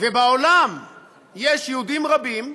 ובעולם יש יהודים רבים,